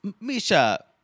Misha